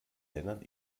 lennart